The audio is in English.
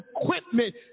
equipment